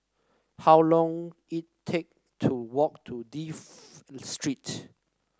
how long it take to walk to Dafne Street